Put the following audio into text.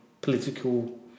political